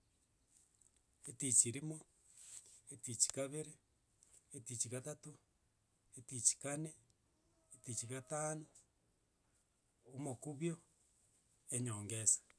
Etichi rimo, etichi kabere, etichi gatato, etichi kane, etichi gatano, omokubio, enyongesa.